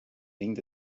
lignes